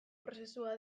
prozesua